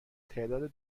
تعداد